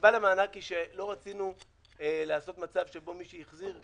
הסיבה למענק מופחת היא שלא ריצינו לעשות מצב שבו מי שהחזיר,